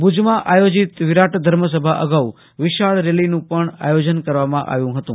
ભુજમાં આયોજિત વિરાટ ધર્મસભા અગાઉ રેલીનું પણ આયોજન કરવામાં આવ્યુ હતું